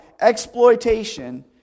exploitation